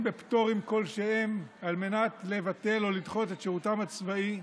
בפטורים כלשהם על מנת לבטל או לדחות את שירותם הצבאי.